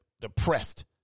depressed